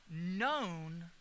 known